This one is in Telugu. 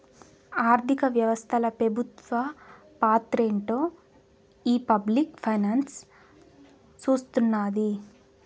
ఆర్థిక వ్యవస్తల పెబుత్వ పాత్రేంటో ఈ పబ్లిక్ ఫైనాన్స్ సూస్తున్నాది